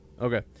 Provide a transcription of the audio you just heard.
Okay